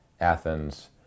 Athens